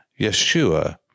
Yeshua